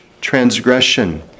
transgression